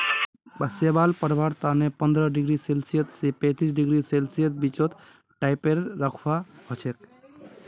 शैवाल पलवार तने पंद्रह डिग्री सेल्सियस स पैंतीस डिग्री सेल्सियसेर बीचत टेंपरेचर रखवा हछेक